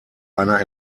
einer